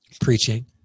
preaching